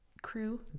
crew